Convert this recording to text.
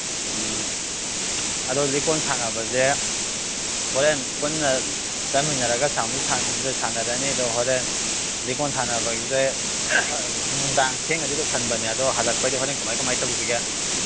ꯎꯝ ꯑꯗꯣ ꯂꯤꯀꯣꯟ ꯁꯥꯟꯅꯕꯁꯦ ꯍꯣꯔꯦꯟ ꯄꯨꯟꯅ ꯆꯠꯃꯤꯟꯅꯔꯒ ꯁꯥꯟꯁꯨ ꯁꯥꯟꯅꯔꯅꯤ ꯑꯗꯣ ꯍꯣꯔꯦꯟ ꯂꯤꯀꯣꯟ ꯁꯥꯟꯅꯕꯗ ꯅꯨꯡꯗꯥꯡ ꯊꯦꯡꯅꯗꯤ ꯂꯣꯏꯁꯤꯟꯕꯅꯦ ꯑꯗꯣ ꯍꯜꯂꯛꯄꯩꯗꯤ ꯍꯣꯔꯦꯟ ꯀꯃꯥꯏꯅ ꯀꯃꯥꯏꯅ ꯇꯧꯁꯤꯒꯦ